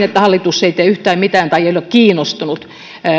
että hallitus ei tee yhtään mitään tai ei ole kiinnostunut